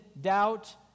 doubt